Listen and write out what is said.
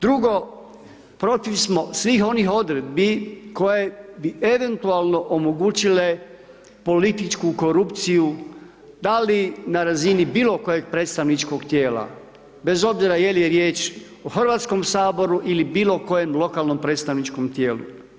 Drugo, protiv smo svih onih odredbi koje bi eventualno omogućile političku korupciju da li na razini bilokojeg predstavničkog tijela, bez obzira je li je riječ o Hrvatskom saboru ili bilokojem lokalnom predstavničkom tijelu.